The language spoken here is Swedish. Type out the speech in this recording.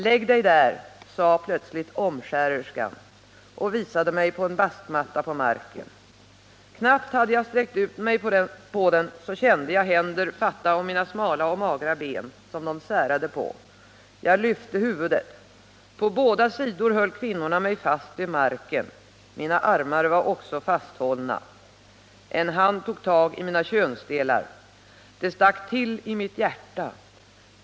Lägg dig där, sade plötsligt omskärerskan och pekade på en bastmatta på marken. Knappt hade jag sträckt ut mig på den så kände jag händer fatta om mina smala och magra ben, som de särade på. Jag lyfte huvudet. På båda sidor höll kvinnorna mig fast vid marken. Mina armar var också fasthållna. En hand tog tag i mina könsdelar. Det stack till i mitt hjärta.